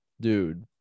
dude